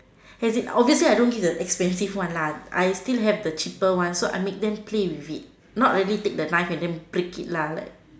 as in obviously I don't give the expensive one lah I still have the cheaper one so I make them play with it not really take the knife and then break it like